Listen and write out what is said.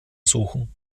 suchen